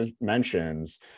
mentions